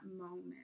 moment